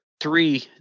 three